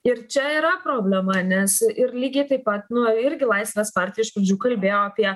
ir čia yra problema nes ir lygiai taip pat nu irgi laisvės partija iš pradžių kalbėjo apie